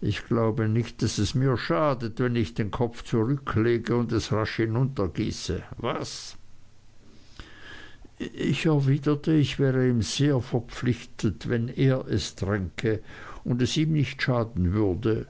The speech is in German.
ich glaube nicht daß es mir schadet wenn ich den kopf zurücklege und es rasch hinuntergieße was ich erwiderte ich wäre ihm sehr verpflichtet wenn er es tränke und es ihm nicht schaden würde